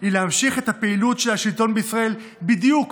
היא להמשיך את הפעילות של השלטון בישראל בדיוק